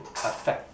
affect